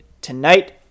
tonight